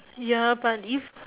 ya but if